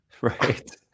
right